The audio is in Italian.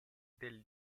del